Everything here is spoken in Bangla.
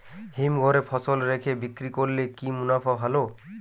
হিমঘরে ফসল রেখে বিক্রি করলে কি মুনাফা ভালো?